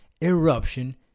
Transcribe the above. Eruption